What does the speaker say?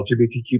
LGBTQ